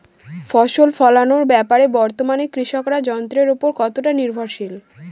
ফসল ফলানোর ব্যাপারে বর্তমানে কৃষকরা যন্ত্রের উপর কতটা নির্ভরশীল?